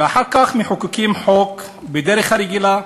ואחר כך מחוקקים חוק בדרך הרגילה,